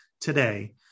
today